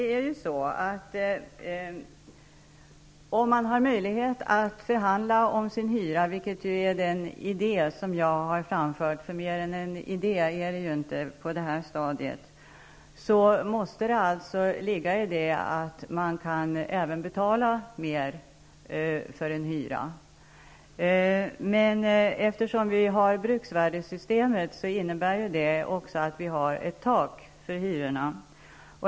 Fru talman! Om man har möjlighet att förhandla om sin hyra, vilket är den idé som jag har framfört -- för mer än en idé är det inte på det här stadiet --, måste i detta ligga att man även kan betala mer i hyra. Men eftersom vi har bruksvärdessystemet, har vi också ett tak för hyrorna.